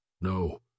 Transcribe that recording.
No